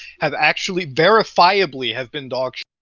have actually verifiably have been dogsh-t.